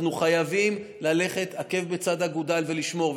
אנחנו חייבים ללכת עקב בצד אגודל ולשמור.